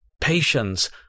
patience